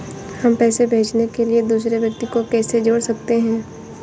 हम पैसे भेजने के लिए दूसरे व्यक्ति को कैसे जोड़ सकते हैं?